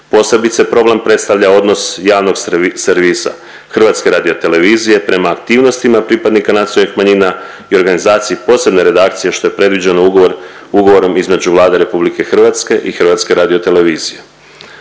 posebice problem predstavlja odnos javnog servisa HRT-a prema aktivnostima pripadnika nacionalnih manjina i organizaciji posebne redakcije što je predviđeno ugovorom između Vlade RH i HRT-a. Ostvarivanje